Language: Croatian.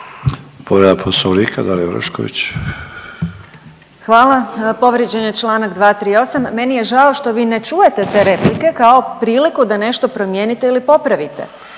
s imenom i prezimenom)** Hvala. Povrijeđen je članak 238. Meni je žao što vi ne čujete te replike kao priliku da nešto promijenite ili popravite.